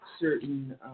certain